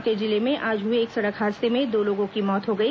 कांकेर जिले में आज हुए एक सड़क हादसे में दो लोगों की मौत हो गई